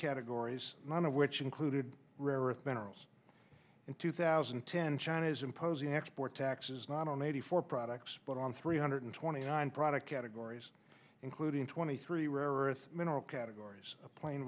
categories none of which included rare earth minerals in two thousand and ten china's imposing export taxes not on eighty four products but on three hundred twenty nine product categories including twenty three rare earth mineral categories a plane